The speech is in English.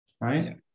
Right